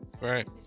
right